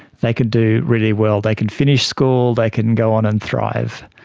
they could do really well. they can finish school, they can go on and thrive.